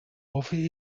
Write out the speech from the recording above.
hoffe